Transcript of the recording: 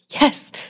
yes